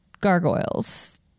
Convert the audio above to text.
gargoyles